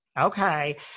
okay